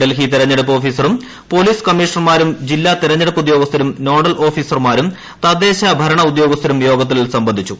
ഡൽഹി തെരഞ്ഞെടുപ്പ് ഓഫീസറും പോലീസ് കമ്മീഷണർമാരും ജില്ലാ തെരഞ്ഞെടുപ്പ് ഉദ്യോഗസ്ഥരും നോഡൽ ഓഫീസർമാരും തദ്ദേശ ഭരണ ഉദ്യോഗസ്ഥരും യോഗത്തിൽ സംബന്ധിച്ചു